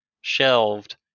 shelved